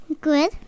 Good